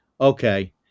Okay